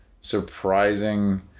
surprising